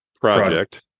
Project